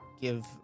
Give